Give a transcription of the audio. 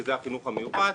שזה החינוך המיוחד.